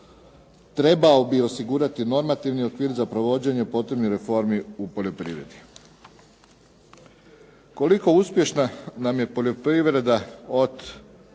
trebao bi osigurati normativni okvir za provođenje potrebnih reformi u poljoprivredi. Kolika uspješna nam je poljoprivreda od